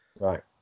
Right